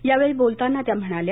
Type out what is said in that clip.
त्यावेळी बोलताना त्या म्हणाल्या